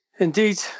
Indeed